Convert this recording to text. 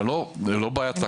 זה לא בעיה תקציבית.